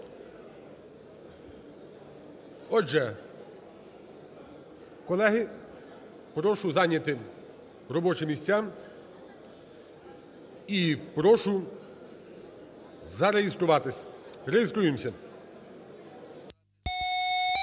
Отже, колеги, прошу зайняти робочі місця і прошу зареєструватись. Реєструємося.